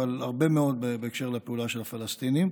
אבל הרבה מאוד בקשר לפעולה של הפלסטינים.